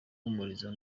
guhumuriza